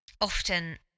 often